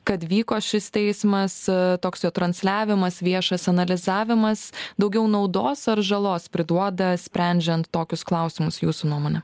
kad vyko šis teismas toks jo transliavimas viešas analizavimas daugiau naudos ar žalos priduoda sprendžiant tokius klausimus jūsų nuomone